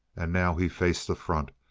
and now he faced the front,